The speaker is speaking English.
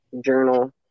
journal